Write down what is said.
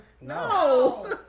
No